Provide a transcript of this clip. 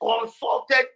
consulted